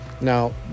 Now